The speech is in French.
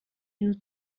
une